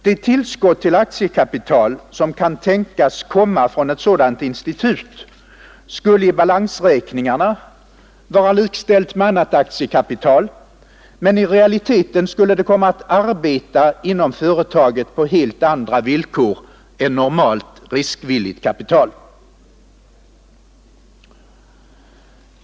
Det tillskott till aktiekapital som kan tänkas komma från ett sådant institut skulle i balansräkningarna vara likställt med annat aktiekapital, men i realiteten skulle det komma att arbeta inom företaget på helt andra villkor än normalt riskvilligt kapital.